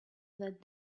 that